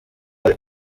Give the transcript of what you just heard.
hari